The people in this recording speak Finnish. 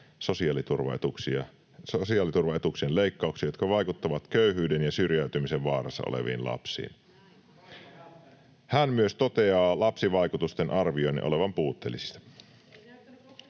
sosiaaliturvaetuuksien leikkauksia, jotka vaikuttavat köyhyyden ja syrjäytymisen vaarassa oleviin lapsiin. [Matias Mäkynen: Olisipa välttänyt!] Hän myös toteaa lapsivaikutusten arvioinnin olevan puutteellista.